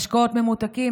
משקאות ממותקים,